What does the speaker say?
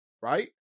right